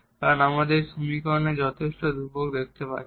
কারণ আমরা এখানে সমীকরণে যথেচ্ছ ধ্রুবক দেখতে পাচ্ছি